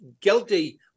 guilty